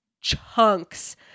chunks